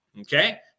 okay